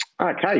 Okay